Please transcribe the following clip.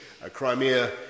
Crimea